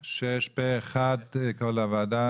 6. הצבעה אושר פה אחד כל הוועדה,